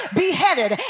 beheaded